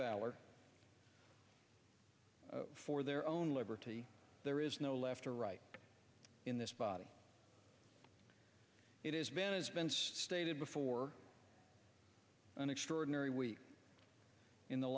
valor for their own liberty there is no left or right in this body it is man as been stated before an extraordinary week in the